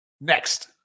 next